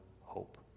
hope